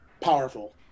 powerful